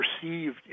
perceived